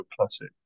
classic